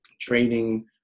training